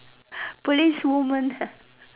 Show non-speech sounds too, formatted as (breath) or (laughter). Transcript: (breath) policewoman ha